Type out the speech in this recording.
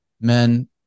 men